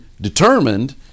determined